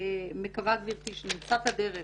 מקווה גבירתי שנמצא את הדרך